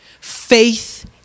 faith